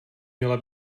měla